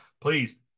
Please